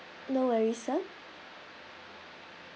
no worries sir